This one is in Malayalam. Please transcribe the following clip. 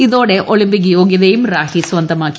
ഇതോടെ ഒളിമ്പിക്ട് യോഗ്യതയും റാഹി സ്വന്തമാക്കി